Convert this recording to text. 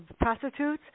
prostitutes